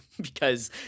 because-